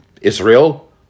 Israel